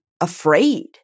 afraid